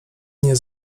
nie